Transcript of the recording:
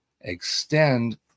extend